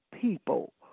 people